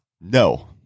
no